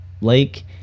lake